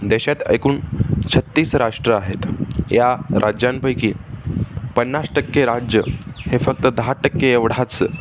देशात एकूण छत्तीस राष्ट्र आहेत या राज्यांपैकी पन्नास टक्के राज्य हे फक्त दहा टक्के एवढाच